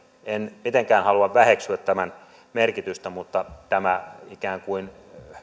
en mitenkään halua väheksyä tämän merkitystä mutta tämä ikään kuin